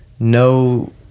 No